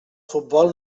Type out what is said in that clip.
futbol